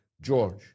George